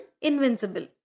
invincible